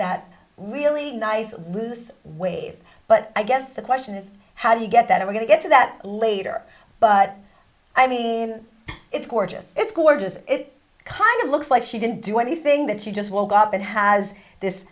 that really nice wave but i guess the question is how do you get that i'm going to get to that later but i mean it's gorgeous it's gorgeous it's kind of looks like she didn't do anything that she just woke up and has this